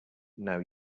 now